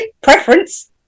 Preference